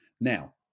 Now